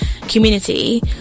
community